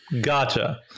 Gotcha